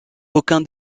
aucun